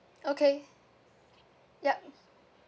okay yup